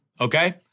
Okay